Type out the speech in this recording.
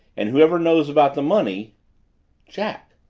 and whoever knows about the money jack!